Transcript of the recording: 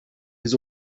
his